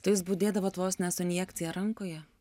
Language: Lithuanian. tai jūs budėdavot vos ne su injekcija rankoje